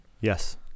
Yes